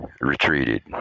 retreated